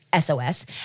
SOS